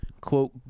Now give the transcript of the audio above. quote